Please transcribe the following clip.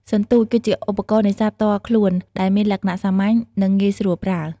សន្ទូច គឺជាឧបករណ៍នេសាទផ្ទាល់ខ្លួន ដែលមានលក្ខណៈសាមញ្ញ និងងាយស្រួលប្រើ។